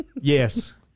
Yes